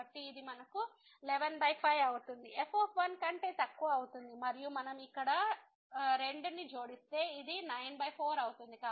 కాబట్టి ఇది మనకు 115 అప్పుడు fకంటే తక్కువ అవుతుంది మరియు మనం ఇక్కడ 2 ని జోడిస్తే ఇది 94 అవుతుంది